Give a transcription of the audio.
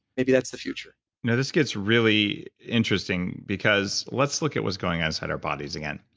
maybe that's the future now, this gets really interesting, because let's look at what's going on inside our bodies again.